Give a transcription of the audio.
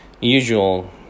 usual